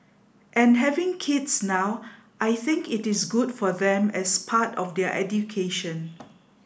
and having kids now I think it is good for them as part of their education